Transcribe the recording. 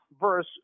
verse